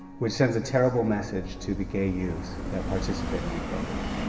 which sends a terrible message to the gay youth that participate in the program.